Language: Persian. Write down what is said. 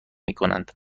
میکنند